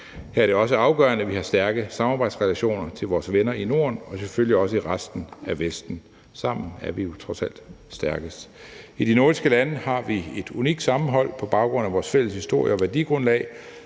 Her er det også afgørende, at vi har stærke samarbejdsrelationer til vores venner i Norden og selvfølgelig også i resten af Vesten. Sammen er vi jo trods alt stærkest. I de nordiske lande har vi et unikt sammenhold på baggrund af vores fælles historie og værdigrundlag,